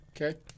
Okay